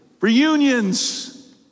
reunions